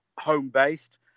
home-based